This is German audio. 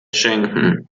schenken